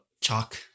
chalk